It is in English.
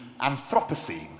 Anthropocene